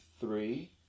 three